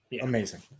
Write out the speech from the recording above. Amazing